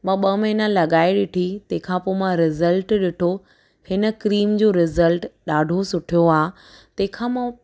मां ॿ महिना लॻाए ॾिठी तंहिंखां पोइ मां रिज़ल्ट ॾिठो हिन क्रीम जो रिज़ल्ट ॾाढो सुठो आहे तंहिंखां मों